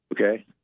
Okay